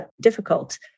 difficult